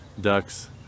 Ducks